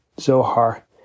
Zohar